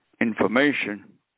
information